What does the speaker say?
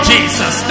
Jesus